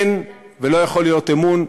אין ולא יכול להיות אמון,